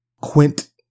quint